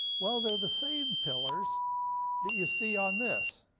well they're the same pillars that you see on this.